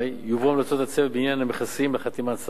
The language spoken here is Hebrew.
יובאו המלצות הצוות בעניין המכסים לחתימת שר האוצר,